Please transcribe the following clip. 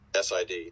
SID